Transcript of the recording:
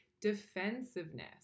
defensiveness